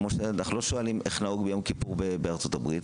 כמו שאנחנו לא שואלים איך נהוג ביום כיפור בארצות הברית,